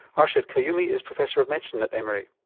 arshed quyyumi is professor of medicine at emory.